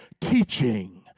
teaching